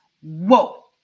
Whoa